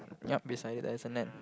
yup besides it there's a net